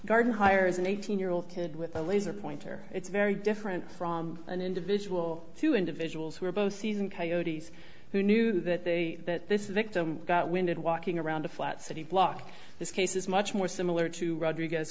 gardenhire is an eighteen year old kid with a laser pointer it's very different from an individual two individuals who are both seasoned coyote's who knew that they that this is a got winded walking around a flat city block this case is much more similar to rodriguez